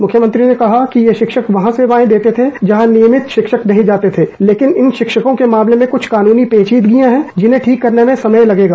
मुख्यमंत्री ने कहा कि ये शिक्षक वहां सेवाएं देते थे जहां नियभित शिक्षक नहीं जाते थे लेकिन इन शिक्षकों के मामले में कुछ कानूनी पेवीदगियां हैं जिन्हें ठीक करने में समय लगेगा